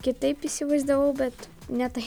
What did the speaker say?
kitaip įsivaizdavau bet ne taip